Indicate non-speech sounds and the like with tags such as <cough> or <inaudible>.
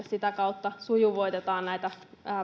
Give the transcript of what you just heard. <unintelligible> sitä kautta sujuvoitetaan näitä